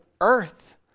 earth